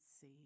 see